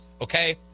okay